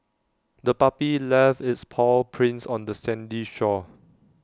the puppy left its paw prints on the sandy shore